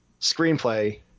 screenplay